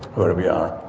where we are